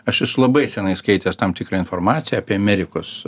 aš esu labai senai skaitęs tam tikrą informacija apie amerikos